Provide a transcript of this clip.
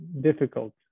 difficult